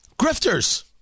Grifters